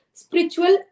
spiritual